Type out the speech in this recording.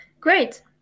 great